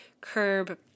curb